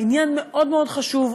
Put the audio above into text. עניין מאוד מאוד חשוב,